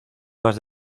más